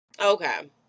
Okay